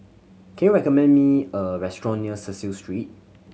can you recommend me a restaurant near Cecil Street